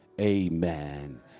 Amen